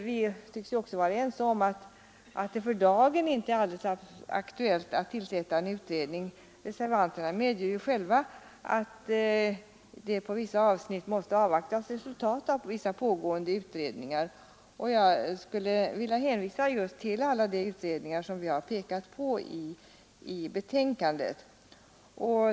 Vi tycks också vara ense om att det för dagen inte är alldeles aktuellt att tillsätta en utredning. Reservanterna medger själva att man på vissa avsnitt måste avvakta resultaten av pågående utredningar. Jag skulle vilja hänvisa till alla de utredningar som vi har visat på i betänkandet.